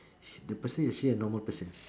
the person is actually a normal person